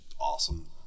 awesome